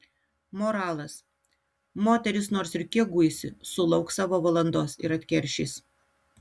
moralas moteris nors ir kiek guisi sulauks savo valandos ir atkeršys